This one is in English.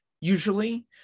usually